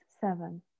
seven